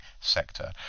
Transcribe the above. sector